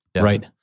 Right